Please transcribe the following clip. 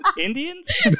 Indians